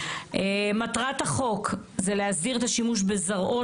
מטרת החוק זה להסדיר את השימוש בזרעו